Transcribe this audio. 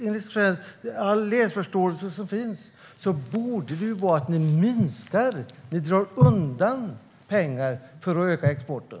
Enligt all läsförståelse som finns borde det rimligtvis vara att ni minskar och drar undan pengar för att öka exporten.